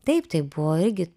taip tai buvo irgi